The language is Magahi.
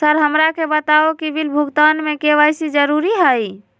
सर हमरा के बताओ कि बिल भुगतान में के.वाई.सी जरूरी हाई?